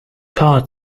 heart